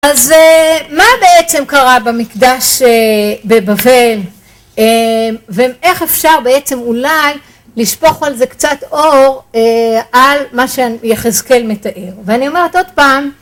‫אז מה בעצם קרה במקדש בבבל, ‫ואיך אפשר בעצם אולי לשפוך על זה ‫קצת אור על מה שיחזקאל מתאר? ‫ואני אומרת עוד פעם,